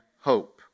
hope